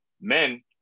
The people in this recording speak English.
men